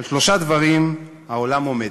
על שלושה דברים העולם עומד,